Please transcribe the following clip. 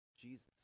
jesus